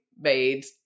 made